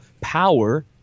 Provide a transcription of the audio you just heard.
power